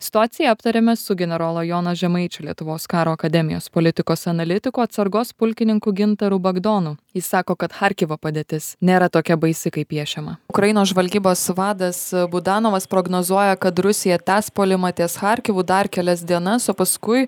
situaciją aptarėme su generolo jono žemaičio lietuvos karo akademijos politikos analitiko atsargos pulkininku gintaru bagdonu jis sako kad charkovo padėtis nėra tokia baisi kaip piešiama ukrainos žvalgybos vadas bogdanovas prognozuoja kad rusija tęs puolimą ties charkovu dar kelias dienas o paskui